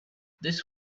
this